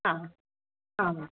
ಹಾಂ ಹಾಂ ಹಾಂ ಹಾಂ